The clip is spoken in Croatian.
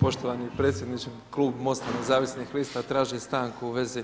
Poštovani predsjedniče, klub MOST-a nezavisnih lista traži stanku u vezi